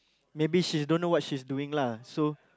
maybe she don't know what she's doing lah so